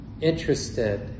interested